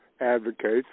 advocates